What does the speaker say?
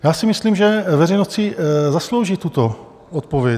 Já si myslím, že veřejnost si zaslouží tuto odpověď.